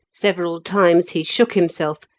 several times he shook himself,